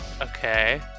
Okay